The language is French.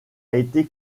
été